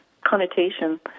connotation